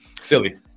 Silly